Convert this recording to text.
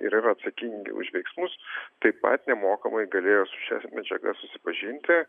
ir yra atsakingi už veiksmus taip pat nemokamai galėjo su šia medžiaga susipažinti